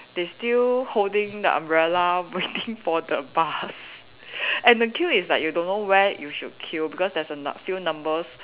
they still holding the umbrella waiting for the bus and the queue is like you don't know where you should queue because there's a nu~ few numbers